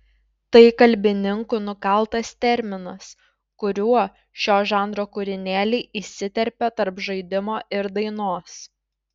tai kalbininkų nukaltas terminas kuriuo šio žanro kūrinėliai įsiterpia tarp žaidimo ir dainos